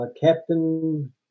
Captain